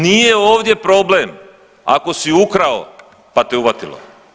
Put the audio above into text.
Nije ovdje problem ako su ukrao pa te uvatilo.